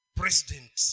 president